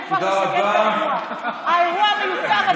הוא כבר יסכם את האירוע המיותר הזה.